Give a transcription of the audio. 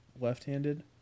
Left-handed